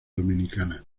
dominicana